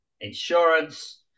Insurance